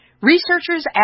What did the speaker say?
Researchers